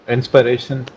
Inspiration